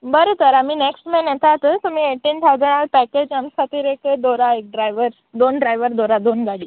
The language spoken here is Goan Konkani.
बरें तर आमी नॅक्स्ट मेन येतात तुमी एटीन थावजंड पॅकेज आमच्या खातीर एक दवरा एक ड्रायवर दोन ड्रायवर दवरा दोन गाडी